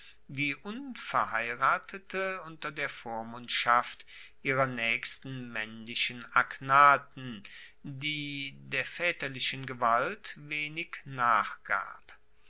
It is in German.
die unverheiratete unter der vormundschaft ihrer naechsten maennlichen agnaten die der vaeterlichen gewalt wenig nachgab